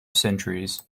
centuries